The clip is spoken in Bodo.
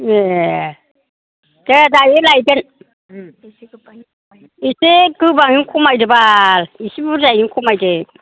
ए दे दायो लायगोन एसे गोबांयै खमायदो बाल इसे बुरजायैनो खमायदो